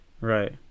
right